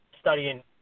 studying